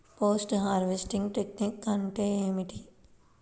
Post harvesting technique అంటే ఏమిటీ?